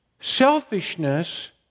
Selfishness